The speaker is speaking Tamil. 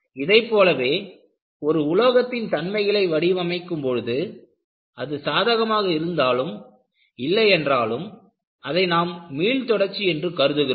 இதைப் போலவே ஒரு உலோகத்தின் தன்மைகளை வடிவமைக்கும் பொழுது அது சாதகமாக இருந்தாலும் இல்லை என்றாலும் அதை நாம் மீள் தொடர்ச்சி என்று கருதுகிறோம்